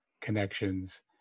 connections